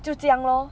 就这样 lor